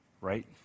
right